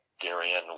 Darian